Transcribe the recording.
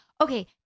Okay